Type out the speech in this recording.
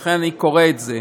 לכן אני קורא את זה,